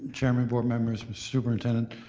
chairman, board members, mr. superintendent,